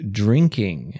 drinking